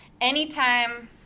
anytime